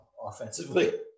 offensively